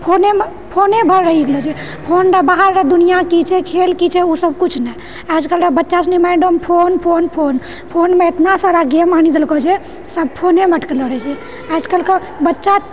फोनेमे फोने भरि रहि गेलो छै फोनके बाहरके दुनिआ की छै खेल की छै ओ सब किछु नहि आजकलके बच्चा सुनि माइण्ड फोन फोन फोन फोनमे एतना सारा गेम आनि देलको छै सब फोनेमे अटकले रहलो छै आजकलके बच्चा